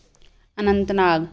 Anant Nag